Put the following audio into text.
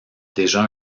déjà